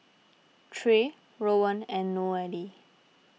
Trey Rowan and Nohely